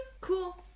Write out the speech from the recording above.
cool